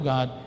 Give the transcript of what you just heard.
God